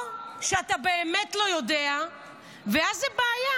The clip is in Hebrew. או שאתה באמת לא יודע ואז זאת בעיה,